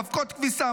אבקות כביסה,